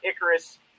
Icarus